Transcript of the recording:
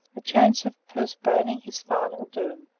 a chance of postponing his final doom.